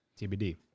TBD